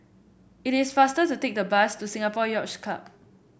it is faster to take the bus to Singapore Yacht Club